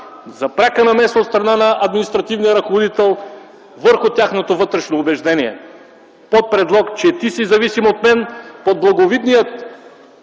за пряка намеса от страна на административния ръководител върху тяхното вътрешно убеждение под предлог, че „Ти си зависим от мен”, под благовидния